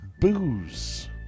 booze